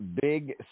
big